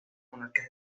monarcas